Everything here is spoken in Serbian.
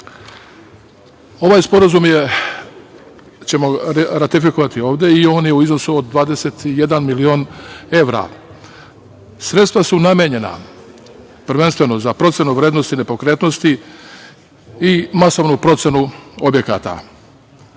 sporazum ćemo ratifikovati ovde i on je u iznosu od 21 milion evra. Sredstva su namenjena prvenstveno za procenu vrednosti nepokretnosti i masovnu procenu objekata.